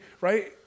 right